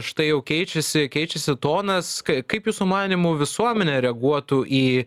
štai jau keičiasi keičiasi tonas kaip jūsų manymu visuomenė reaguotų į